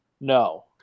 No